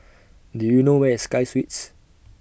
Do YOU know Where IS Sky Suites